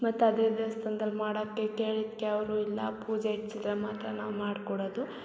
ಮತ್ತು ಅದೆ ದೇವ್ಸ್ಥಾನ್ದಲ್ಲಿ ಮಾಡಕ್ಕೆ ಕೇಳಿದ್ಕೆ ಅವರು ಇಲ್ಲ ಪೂಜೆ ಇಡ್ಸಿದ್ದರೆ ಮಾತ್ರ ನಾವು ಮಾಡ್ಕೊಡದು